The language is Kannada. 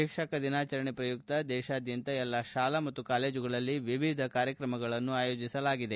ಶಿಕ್ಷಕ ದಿನಾಚರಣೆ ಪ್ರಯುಕ್ತ ದೇಶಾದ್ಯಂತ ಎಲ್ಲಾ ಶಾಲಾ ಮತ್ತು ಕಾಲೇಜುಗಳಲ್ಲಿ ವಿವಿಧ ಕಾರ್ಯಕ್ರಮಗಳನ್ನು ಆಯೋಜಿಸಲಾಗಿದೆ